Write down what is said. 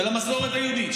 של המסורת היהודית,